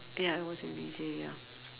ya it was in V_J ya